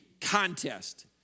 contest